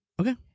Okay